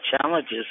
challenges